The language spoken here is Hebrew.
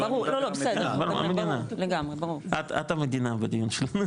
המדינה - את המדינה בדיון.